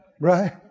Right